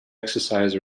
exercise